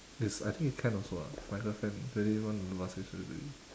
it's I think can also lah if my girlfriend really want to do plastic surgery